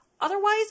Otherwise